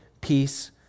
peace